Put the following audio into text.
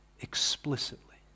explicitly